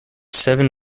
seven